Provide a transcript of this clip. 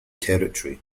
territory